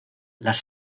las